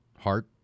heart